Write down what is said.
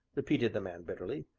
repeated the man bitterly.